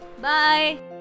bye